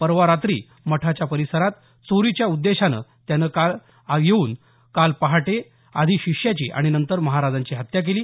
परवा रात्री मठाच्या परिसरात चोरीच्या उद्देशानं त्यानं काल पहाटे आधी शिष्याची आणि नंतर महाराजांची हत्या केली